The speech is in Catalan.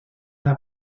una